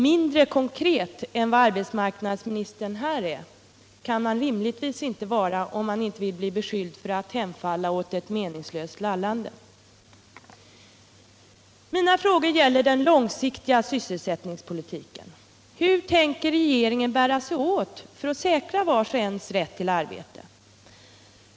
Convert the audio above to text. Mindre konkret än vad arbetsmarknadsministern här är, kan man rimligtvis inte vara, om man inte vill bli beskylld för att hemfalla åt meningslöst lallande. Mina frågor gäller den långsiktiga sysselsättningspolitiken. Hur tänker regeringen bära sig åt för att säkra vars och ens rätt till arbete?